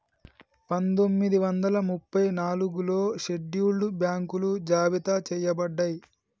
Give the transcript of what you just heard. పందొమ్మిది వందల ముప్పై నాలుగులో షెడ్యూల్డ్ బ్యాంకులు జాబితా చెయ్యబడ్డయ్